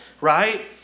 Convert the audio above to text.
right